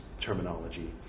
terminology